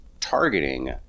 targeting